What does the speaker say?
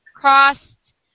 crossed